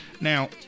Now